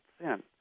sin